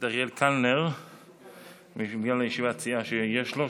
אריאל קלנר בגלל ישיבת הסיעה שיש לו,